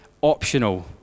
optional